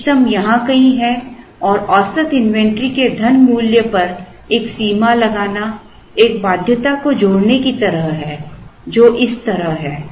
इष्टतम यहां कहीं है और औसत इन्वेंट्री के धनमूल्य पर एक सीमा लगाना एक बाध्यता को जोड़ने की तरह है जो इस तरह है